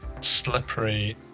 slippery